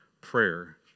prayer